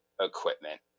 equipment